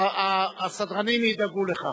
הסדרנים ידאגו לכך.